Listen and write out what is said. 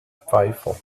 pfeiffer